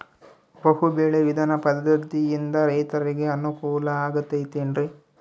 ಬಹು ಬೆಳೆ ವಿಧಾನ ಪದ್ಧತಿಯಿಂದ ರೈತರಿಗೆ ಅನುಕೂಲ ಆಗತೈತೇನ್ರಿ?